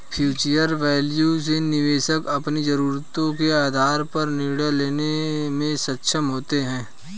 future value से निवेशक अपनी जरूरतों के आधार पर निर्णय लेने में सक्षम होते हैं